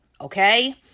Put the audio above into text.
okay